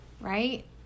right